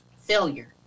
failure